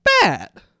bad